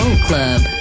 Club